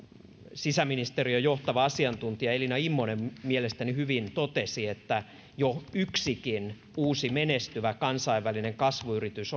sisäministeriön johtava asiantuntija elina immonen mielestäni hyvin totesi että jo yksikin uusi menestyvä kansainvälinen kasvuyritys